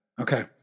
okay